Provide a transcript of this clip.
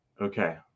Okay